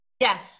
Yes